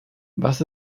was